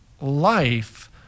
life